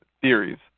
theories